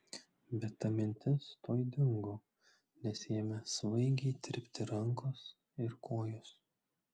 bet ta mintis tuoj dingo nes ėmė svaigiai tirpti rankos ir kojos